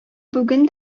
бүген